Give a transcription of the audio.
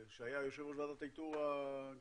שהיה יושב ראש ועדת האיתור הקודמת,